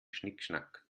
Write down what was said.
schnickschnack